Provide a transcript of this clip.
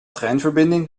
treinverbinding